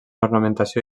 ornamentació